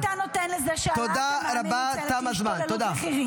-- איך אתה נותן שהעלאת המע"מ מנוצלת להשתוללות מחירים,